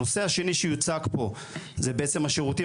הנושא השני שיוצג פה הוא בעצם השירותים